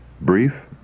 brief